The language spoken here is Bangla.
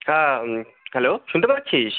হ্যাঁ হ্যালো শুনতে পাচ্ছিস